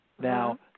Now